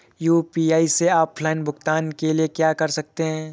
UPI से offline भुगतान के लिए क्या कर सकते हैं?